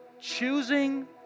choosing